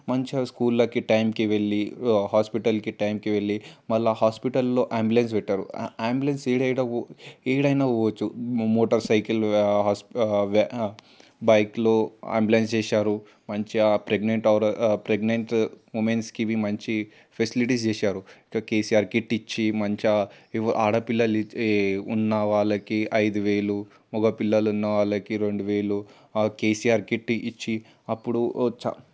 మంచిగా స్కూల్లకి టైంకి వెళ్ళి హాస్పిటల్కి టైంకి వెళ్ళి మళ్ళీ హాస్పిటల్లో అంబులెన్స్ పెట్టారు ఆ అంబులెన్స్ ఏడాడ ఎక్కడైనా పోవచ్చు మోటార్ సైకిల్ బైక్లో అంబులెన్స్ చేశారు మంచిగా ప్రెగ్నెంట్ అవ్వడం ప్రెగ్నెంట్ ఉమెన్స్కి మంచి ఫెసిలిటీస్ చేశారు కెసిఆర్ కిట్ ఇచ్చి మంచిగా ఆడపిల్ల ఉన్నవారికి ఐదు వేలు మగ పిల్లలు ఉన్న వాళ్ళకి రెండు వేలు కేసీఆర్ కిట్టు ఇచ్చి అప్పుడు వచ్చా